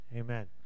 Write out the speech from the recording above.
Amen